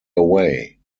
away